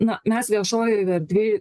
na mes viešojoj erdvėj